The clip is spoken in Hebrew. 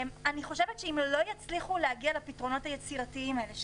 אני חושבת שאם לא יצליחו להגיע לפתרונות היצירתיים האלה,